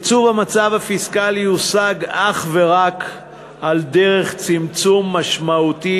ייצוב המצב הפיסקלי יושג אך ורק על דרך צמצום משמעותי